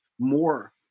more